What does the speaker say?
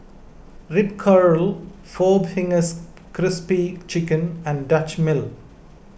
Ripcurl four Fingers Crispy Chicken and Dutch Mill